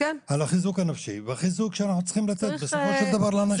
על החיזוק הנפשי והחיזוק שצריך לתת בסופו של דבר לאנשים.